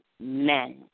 men